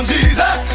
Jesus